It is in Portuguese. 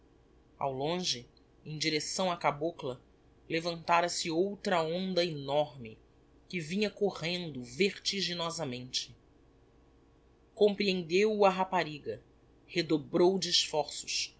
ao longe em direcção á cabocla levantara-se outra onda enorme que vinha correndo vertiginosamente comprehendeu o a rapariga redobrou de esforços